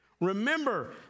Remember